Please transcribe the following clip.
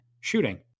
shooting